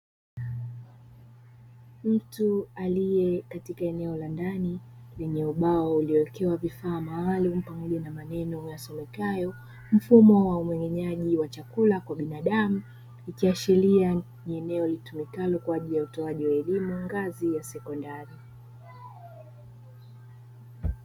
Mtu aliye katika eneo la ndani ,lenye ubao uliowekewa vifaa maalumu na maneno yasomekayo mfumo wa umeng'enyaji wa chakula kwa binadamu. Ikiashiria ni eneo litumikalo kwa ajili ya utoaji wa elimu, ngazi ya sekondari.